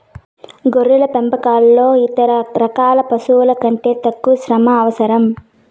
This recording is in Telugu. గొర్రెల పెంపకంలో ఇతర రకాల పశువుల కంటే తక్కువ శ్రమ అవసరం